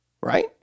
right